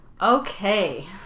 Okay